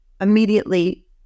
immediately